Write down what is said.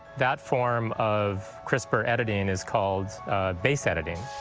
that form of crispr editing is called base editing.